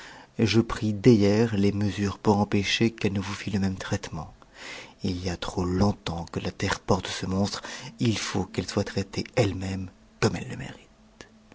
je pris dès hier les mesures pour empêcher qu'elle ne vous fit le même traitement ii y a trop longtemps que la terre porte ce monstre il faut qu'elle soit traitée el e mêm comme elle le mérite